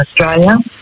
Australia